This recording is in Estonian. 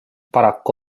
paraku